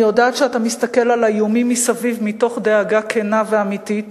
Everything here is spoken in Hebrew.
אני יודעת שאתה מסתכל על האיומים מסביב מתוך דאגה כנה ואמיתית,